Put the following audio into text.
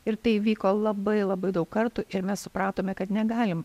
ir tai vyko labai labai daug kartų ir mes supratome kad negalim